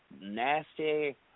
nasty